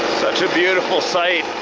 such a beautiful sight.